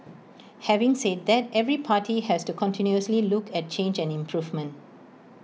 having said that every party has to continuously look at change and improvement